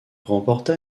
remporta